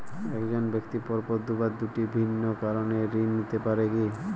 এক জন ব্যক্তি পরপর দুবার দুটি ভিন্ন কারণে ঋণ নিতে পারে কী?